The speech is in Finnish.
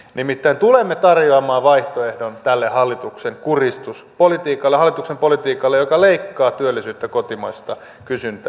nimittäin tulemme tarjoamaan vaihtoehdon tälle hallituksen kurjistuspoliitikalle hallituksen politiikalle joka leikkaa työllisyyttä ja kotimaista kysyntää